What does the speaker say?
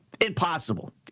impossible